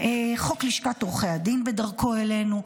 חוק לשכת עורכי הדין בדרכו אלינו,